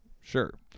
sure